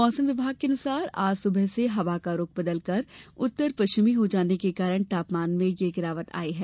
मौसम विभाग के अनुसार आज सुबह से हवा का रूख बदलकर उत्तर पश्चिमी हो जाने के कारण तापमान में यह गिरावट आई है